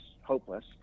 hopeless